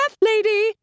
lady